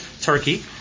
Turkey